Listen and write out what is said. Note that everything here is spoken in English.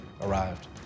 arrived